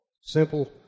simple